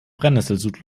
brennesselsud